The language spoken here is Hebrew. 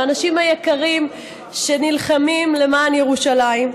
מהאנשים היקרים שנלחמים למען ירושלים.